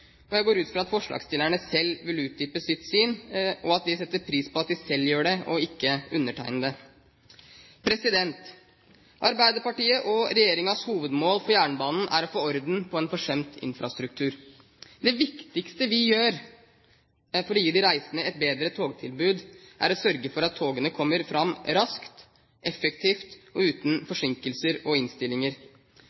syn. Jeg går ut fra at forslagsstillerne selv vil utdype sitt syn, og at de setter pris på at de selv gjør det og ikke undertegnede. Arbeiderpartiet og regjeringens hovedmål for jernbanen er å få orden på en forsømt infrastruktur. Det viktigste vi gjør for å gi de reisende et bedre togtilbud, er å sørge for at togene kommer fram raskt, effektivt og uten